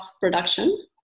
production